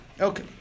Okay